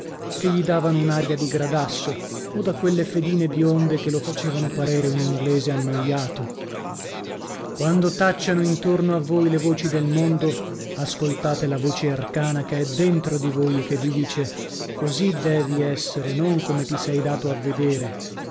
che gli davano un'aria di gradasso o da quelle fedine bionde che lo facevano parere un inglese annoiato quando tacciano intorno a voi le voci del mondo ascoltate la voce arcana che è dentro di voi e che vi dice così devi essere non come ti sei dato a vedere